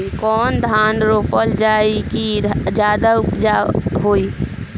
कौन धान रोपल जाई कि ज्यादा उपजाव होई?